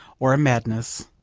or a madness,